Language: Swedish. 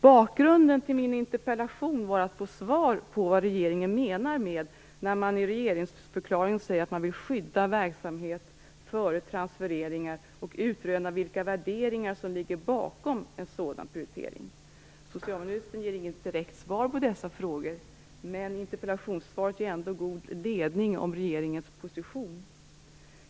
Bakgrunden till min interpellation är att jag vill få svar på vad regeringen menar när man i regeringsförklaringen säger att man vill skydda verksamhet före transfereringar, och att jag vill utröna vilka värderingar som ligger bakom en sådan prioritering. Socialministern ger inget direkt svar på dessa frågor, men interpellationssvaret ger ändå en god ledning om regeringens position.